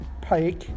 pike